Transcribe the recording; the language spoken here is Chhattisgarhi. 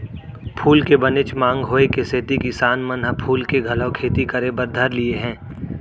फूल के बनेच मांग होय के सेती किसान मन ह फूल के घलौ खेती करे बर धर लिये हें